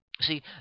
See